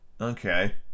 Okay